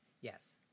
Yes